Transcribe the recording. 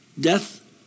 Death